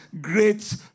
Great